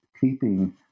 keeping